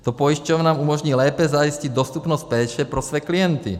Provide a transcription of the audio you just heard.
To pojišťovnám umožní lépe zajistit dostupnost péče pro své klienty.